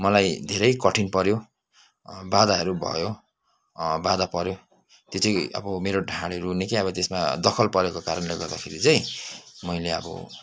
मलाई धेरै कठिन पऱ्यो बाधाहरू भयो बाधा पऱ्यो त्यो चाहिँ अब मेरो ढाँडहरू निकै अब त्यसमा दखल परेको कारणले गर्दाखेरि चाहिँ मैले अब